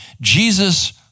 Jesus